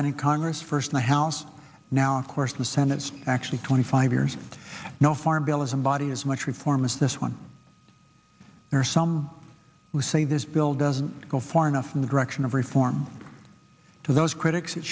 been in congress first my house now of course the senate's actually twenty five years no farm bill is somebody is much reform is this one there are some who say this bill doesn't go far enough in the direction of reform to those critics it